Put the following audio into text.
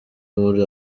muri